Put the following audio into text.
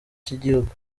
cy’igihugu